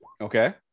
Okay